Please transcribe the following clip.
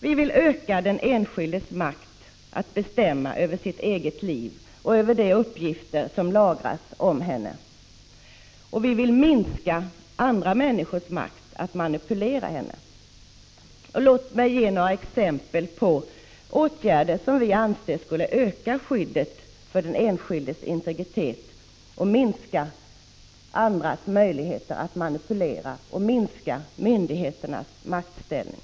Vi vill öka den enskilda människans makt att bestämma över sitt eget liv och över de uppgifter som lagras om henne. Vi vill minska andra människors makt att manipulera henne. Låt mig ge några exempel på åtgärder som vi anser skulle öka skyddet för den enskildes integritet och minska andras möjligheter att manipulera samt minska myndigheternas maktställning.